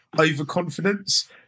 overconfidence